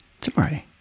tomorrow